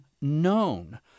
known